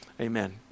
Amen